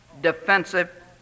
defensive